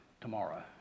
tomorrow